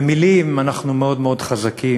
במילים אנחנו מאוד חזקים.